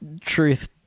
truth